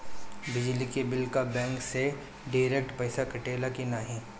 बिजली के बिल का बैंक से डिरेक्ट पइसा कटेला की नाहीं?